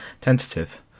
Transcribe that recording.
tentative